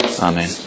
Amen